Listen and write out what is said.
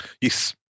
Yes